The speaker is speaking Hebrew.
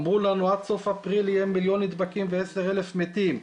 אמרו לנו עד סוף אפריל יהיה מיליון נדבקים ועשר אלף מתים.